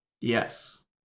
Yes